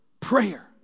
Prayer